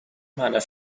manor